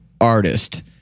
artist